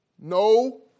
No